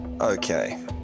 Okay